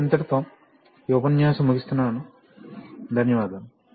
కాబట్టి ఇంతటితో ఈ ఉపన్యాసం ముగిస్తున్నాను ధన్యవాదాలు